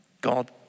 God